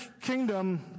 Kingdom